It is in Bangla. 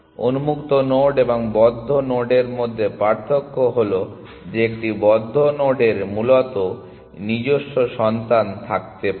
উন্মুক্ত নোড এবং বদ্ধ নদের মধ্যে পার্থক্য হলো যে একটি বদ্ধ নোডের মূলত নিজস্ব সন্তান থাকতে পারে